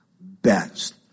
best